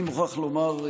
אני מוכרח לומר,